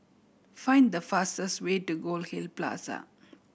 find the fastest way to Goldhill Plaza